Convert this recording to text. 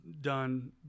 done